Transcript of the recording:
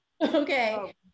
Okay